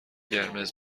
قرمز